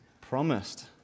promised